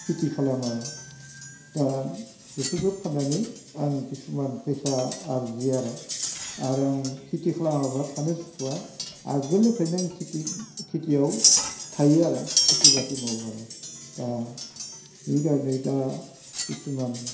खेथि खालामो आरो दा बेफोरखौ फान्नानै आं खिसुमान फैसा आरजियो आरो आरो आं खेथि खालामाबा थानो सुखुआ आगोलनिफ्रायनो आं खेथि खेथियाव थायो आरो खेथि बाथि मावो आरो दा बे खार'नै दा खिसुमान